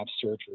surgery